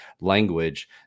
language